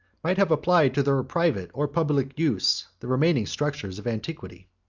might have applied to their private or public use the remaining structures of antiquity,